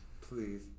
Please